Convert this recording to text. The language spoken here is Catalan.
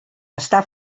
està